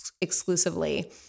exclusively